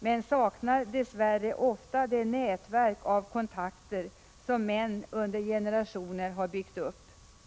men de saknar dess värre ofta det nätverk av kontakter som män under generationer har byggt upp.